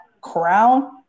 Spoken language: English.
crown